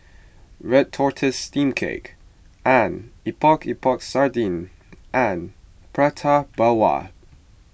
Red Tortoise Steamed Cake and Epok Epok Sardin and Prata Bawang